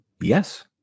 Yes